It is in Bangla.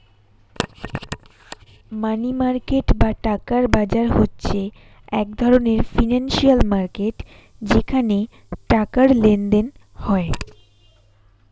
মানি মার্কেট বা টাকার বাজার হচ্ছে এক ধরণের ফিনান্সিয়াল মার্কেট যেখানে টাকার লেনদেন হয়